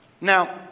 Now